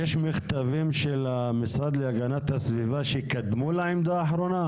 יש מכתבים של המשרד להגנת הסביבה שקדמו לעמדה האחרונה?